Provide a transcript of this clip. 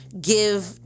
Give